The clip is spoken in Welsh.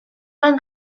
ond